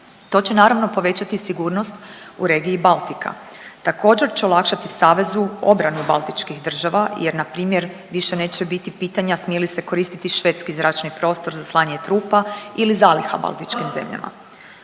To će naravno povećati i sigurnost u regiji Baltika. Također će olakšati savezu obranu baltičkih država jer na primjer više neće biti pitanja smije li se koristiti švedski zračni prostor za slanje trupa ili zaliha baltičkim zemljama.